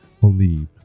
believe